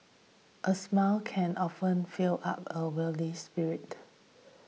a smile can often fill up a weary spirit